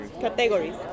Categories